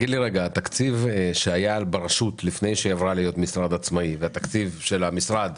התקציב שהיה ברשות לפני שהיא עברה להיות משרד עצמאי והתקציב של המשרד,